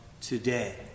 today